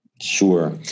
Sure